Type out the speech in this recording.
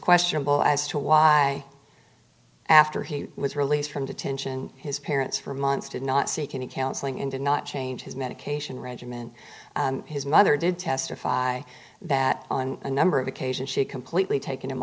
questionable as to why after he was released from detention his parents for months did not seek any counseling and did not change his medication regimen his mother did testify that on a number of occasions she completely taken him